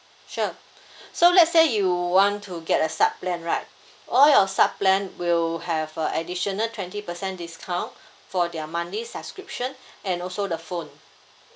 sure so let's say you want to get a sub plan right all your sub plan will have a additional twenty percent discount for their monthly subscription and also the phone